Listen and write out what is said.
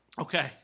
Okay